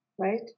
right